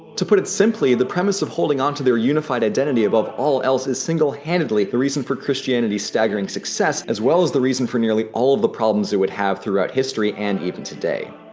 to put it simply, the premise of holding on to their unified identity above all else is single-handedly the reason for christianity's staggering success as well as the reason for nearly all of the problems it would have throughout history and even today.